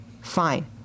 Fine